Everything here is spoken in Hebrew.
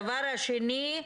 הדבר השני,